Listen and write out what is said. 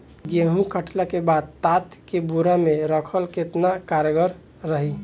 गेंहू कटला के बाद तात के बोरा मे राखल केतना कारगर रही?